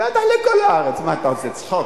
בטח לכל הארץ, מה, אתה עושה צחוק?